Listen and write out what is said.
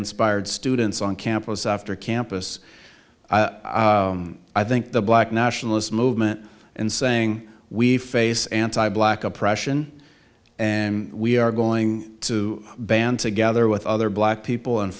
then speired students on campus after campus i think the black nationalist movement and saying we face anti black oppression and we are going to band together with other black people and